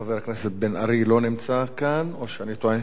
חבר הכנסת בן-ארי לא נמצא כאן או שאני טועה?